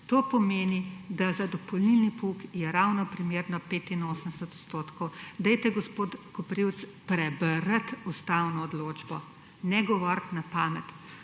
To pomeni, da za dopolnilni pouk je ravno primerno 85 odstotkov. Dajte, gospod Koprivc, prebrati ustavno odločbo, ne govoriti na pamet,